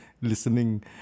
listening